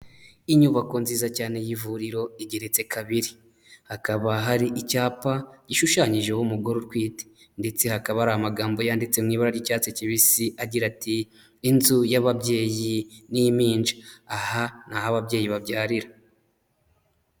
Inyubako nziza cyane y'ivuriro igeretse kabiri, hakaba hari icyapa gishushanyijeho umugore utwite ndetse hakaba ari amagambo yanditse n'ibara ry'icyatsi kibisi agira ati: inzu y'ababyeyi n'impinja, aha naho ababyeyi babyarira.